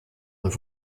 und